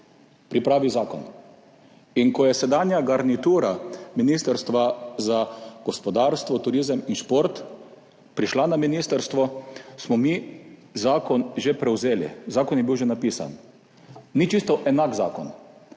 pripravi zakon in ko je sedanja garnitura Ministrstva za gospodarstvo, turizem in šport prišla na ministrstvo, smo mi zakon že prevzeli, zakon je bil že napisan, ni čisto enak zakon,